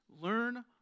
learn